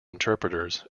interpreters